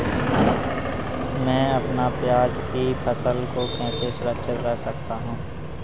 मैं अपनी प्याज की फसल को कैसे सुरक्षित रख सकता हूँ?